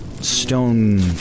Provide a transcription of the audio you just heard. stone